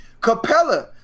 Capella